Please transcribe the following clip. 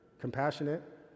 compassionate